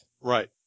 Right